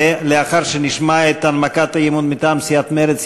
לאחר שנשמע את הנמקת האי-אמון מטעם סיעת מרצ,